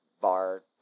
bar